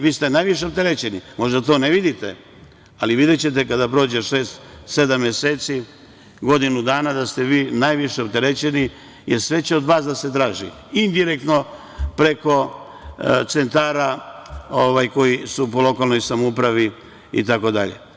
Vi ste najviše opterećeni, možda to ne vidite, ali videćete kada prođe šest, sedam meseci, godinu dana da ste vi najviše opterećeni, jer sve će od vas da se traži indirektno preko centara koji su po lokalnoj samoupravi itd.